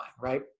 right